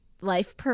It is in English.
life